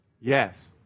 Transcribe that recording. Yes